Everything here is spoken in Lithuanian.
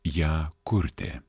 ją kurti